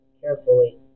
carefully